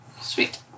Sweet